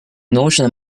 notion